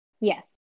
Yes